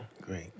great